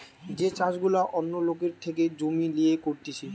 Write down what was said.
যে চাষ গুলা অন্য লোকের থেকে জমি লিয়ে করতিছে